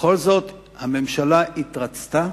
בכל זאת הממשלה התרצתה,